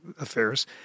affairs